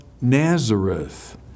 Nazareth